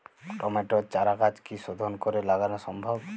টমেটোর চারাগাছ কি শোধন করে লাগানো সম্ভব?